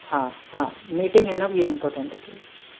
हाँ हाँ मीटिंग है न भैया इम्पोर्टेन्ट इसलिए